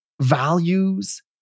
values